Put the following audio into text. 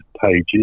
pages